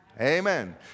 Amen